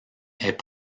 est